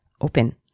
open